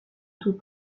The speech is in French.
toute